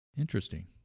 Interesting